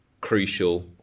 crucial